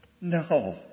no